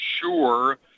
sure